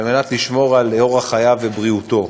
על מנת לשמור על אורח חייו ובריאותו.